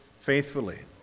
faithfully